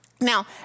Now